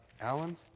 Alan